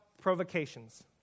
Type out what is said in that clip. provocations